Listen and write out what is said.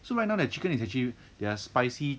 so right now their chicken is actually their spicy